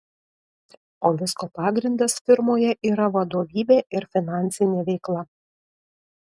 o visko pagrindas firmoje yra vadovybė ir finansinė veikla